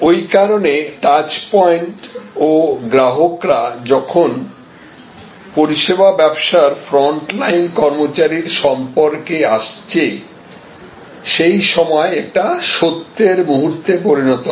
ওই কারণে touch points ও গ্রাহকরা যখন পরিষেবা ব্যবসার ফ্রন্টলাইন কর্মচারীর সম্পর্কে আসছে সেই সময় এটি সত্যের মুহূর্তে পরিণত হয়